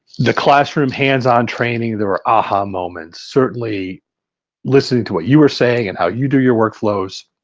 the classroom hands-on training, there were aha moments. certainly listening to what you were saying and how you do your workflows.